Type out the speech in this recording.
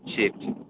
சரி சரி